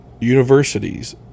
universities